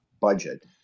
budget